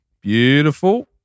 Beautiful